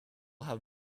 have